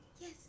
yes